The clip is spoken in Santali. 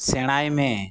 ᱥᱮᱬᱟᱭ ᱢᱮ